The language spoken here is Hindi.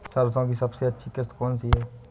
सरसो की सबसे अच्छी किश्त कौन सी है?